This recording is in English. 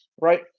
right